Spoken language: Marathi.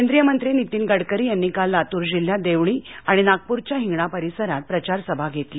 केंद्रिय मंत्री नितीन गडकरी यांनी काल लातूर जिल्ह्यात देवणी आणि नागपूरच्या हिगणा परिसरात प्रचार सभा घेतली